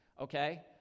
Okay